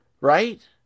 Right